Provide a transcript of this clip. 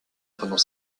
pendant